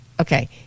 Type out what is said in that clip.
Okay